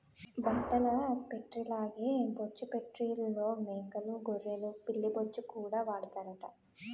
బట్టల ఫేట్రీల్లాగే బొచ్చు ఫేట్రీల్లో మేకలూ గొర్రెలు పిల్లి బొచ్చుకూడా వాడతారట